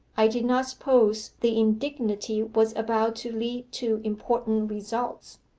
i did not suppose the indignity was about to lead to important results.